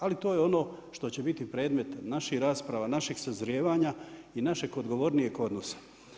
Ali to je ono što će biti predmet naših rasprava, našeg sazrijevanja i našeg odgovornijeg odnosa.